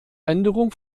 änderung